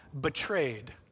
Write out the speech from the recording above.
betrayed